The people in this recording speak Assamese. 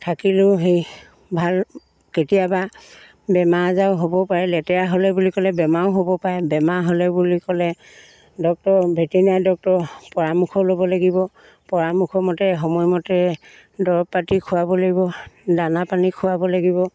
থাকিলেও সেই ভাল কেতিয়াবা বেমাৰ আজাৰো হ'ব পাৰে লেতেৰা হ'লে বুলি ক'লে বেমাৰো হ'ব পাৰে বেমাৰ হ'লে বুলি ক'লে ডক্টৰ ভেটেনাৰী ডক্টৰৰ পৰামৰ্শ ল'ব লাগিব পৰামৰ্শ মতে সময়মতে দৰৱ পাতি খোৱাব লাগিব দানা পানী খোৱাব লাগিব